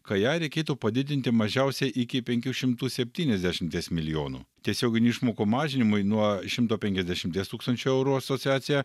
kai ją reikėtų padidinti mažiausiai iki penkių šimtų septyniasdešimties milijonų tiesioginių išmokų mažinimui nuo šimto penkiasdešimties tūkstančių eurų asociacija